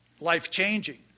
life-changing